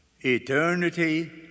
Eternity